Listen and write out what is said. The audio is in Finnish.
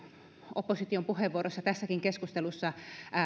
opposition puheenvuoroissa tässäkin keskustelussa